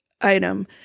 item